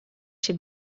się